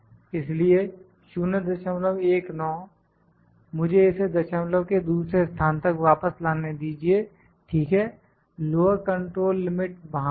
इसलिए 0219 इसलिए मुझे इसे दशमलव के दूसरे स्थान तक वापस लाने दीजिए ठीक है लोअर कंट्रोल लिमिट वहां पर है